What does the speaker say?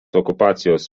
okupacijos